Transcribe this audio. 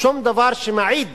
שום דבר שמעיד